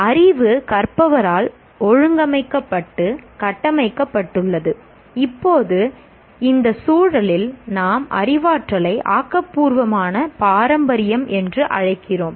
அறிவு கற்பவரால் ஒழுங்கமைக்கப்பட்டு கட்டமைக்கப்பட்டுள்ளது இப்போது இந்த சூழலில் நாம் அறிவாற்றலை ஆக்கபூர்வமான பாரம்பரியம் என்று அழைக்கிறோம்